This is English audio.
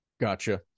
Gotcha